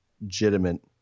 legitimate